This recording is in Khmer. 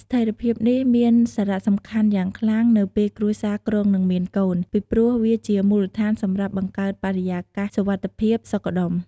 ស្ថេរភាពនេះមានសារៈសំខាន់យ៉ាងខ្លាំងនៅពេលគ្រួសារគ្រោងនឹងមានកូន ពីព្រោះវាជាមូលដ្ឋានសម្រាប់បង្កើតបរិយាកាសសុវត្ថិភាព សុខដុម ។